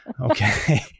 okay